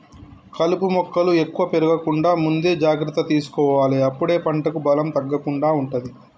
కలుపు మొక్కలు ఎక్కువ పెరగకుండా ముందే జాగ్రత్త తీసుకోవాలె అప్పుడే పంటకు బలం తగ్గకుండా ఉంటది